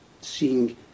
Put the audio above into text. seeing